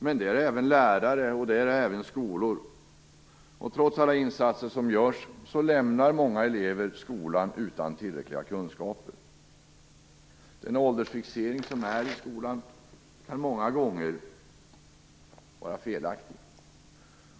Men det är även lärare, och det är även skolor. Trots alla insatser som görs lämnar många elever skolan utan tillräckliga kunskaper. Den åldersfixering som finns i skolan kan många gånger vara felaktig.